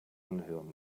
anhören